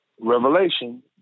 Revelation